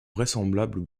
vraisemblable